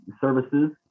Services